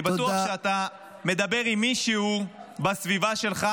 אני בטוח אתה מדבר עם מישהו בסביבה שלך.